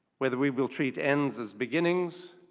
whether we will treat ends as beginnings,